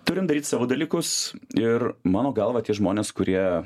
turim daryti savo dalykus ir mano galva tie žmonės kurie